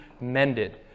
mended